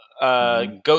go